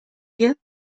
her